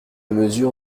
mesure